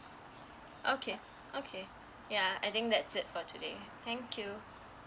okay okay yeah I think that's it for today thank you